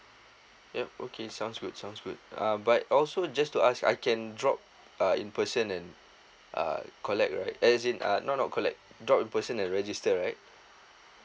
yup okay sounds good sounds good uh but also just to ask I can drop uh in person and uh collect right as in uh not not collect drop in person and register right